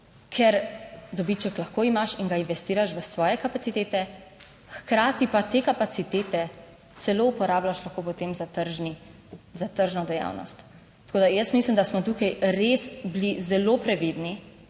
ker dobiček lahko imaš in ga investiraš v svoje kapacitete, hkrati pa te kapacitete celo uporabljaš lahko potem za tržno dejavnost. Tako da, jaz mislim, da smo tukaj res bili zelo previdni,